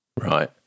Right